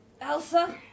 Elsa